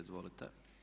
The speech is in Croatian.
Izvolite.